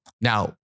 now